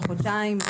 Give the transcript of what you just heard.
או חודשיים,